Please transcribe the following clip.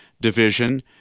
division